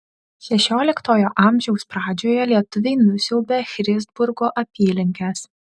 šešioliktojo amžiaus pradžioje lietuviai nusiaubė christburgo apylinkes